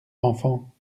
enfants